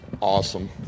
awesome